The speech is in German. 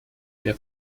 wer